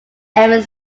ever